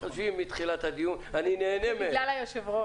יושבים מתחילת הדיון ואני נהנה מהם.